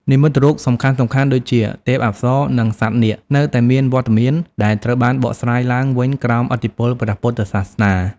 និមិត្តរូបសំខាន់ៗដូចជា ទេពអប្សរ និងសត្វនាគនៅតែមានវត្តមាន តែត្រូវបានបកស្រាយឡើងវិញក្រោមឥទ្ធិពលព្រះពុទ្ធសាសនា។